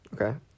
Okay